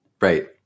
Right